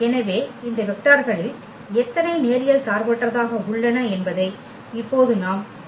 எனவே இந்த வெக்டார்களில் எத்தனை நேரியல் சார்பற்றதாக உள்ளன என்பதை இப்போது நாம் கண்டுபிடிக்க வேண்டும்